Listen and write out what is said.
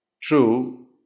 true